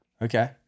Okay